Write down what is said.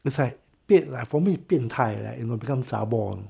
it's like a bit for me 变态 leh you know become zha-bor ah